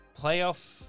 Playoff